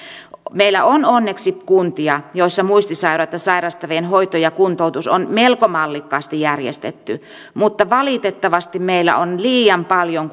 meillä on onneksi kuntia joissa muistisairautta sairastavien hoito ja kuntoutus on melko mallikkaasti järjestetty mutta valitettavasti meillä on liian paljon